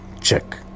check